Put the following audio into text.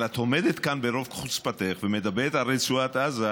אבל את עומדת כאן ברוב חוצפתך ומדברת על רצועת עזה,